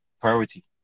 priority